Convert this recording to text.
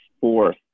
fourth